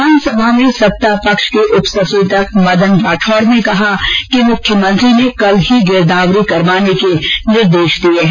विधानसभा में सत्तापक्ष के उप सचेतक मदन राठौड़ ने कहा है कि मुख्यमंत्री ने कल ही गिरदावरी करवाने के निर्देश दे दिये हैं